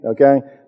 okay